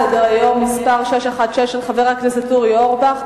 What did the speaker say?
חבר הכנסת אורבך,